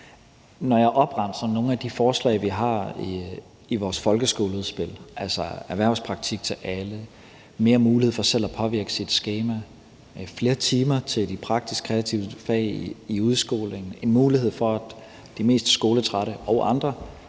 Når jeg opremser nogle af de forslag, vi har i vores folkeskoleudspil, altså erhvervspraktik til alle, mere mulighed for selv at påvirke sit skema, flere timer til de praktisk-kreative fag i udskolingen og en mulighed for, at de mest skoletrætte og andre